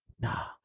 nah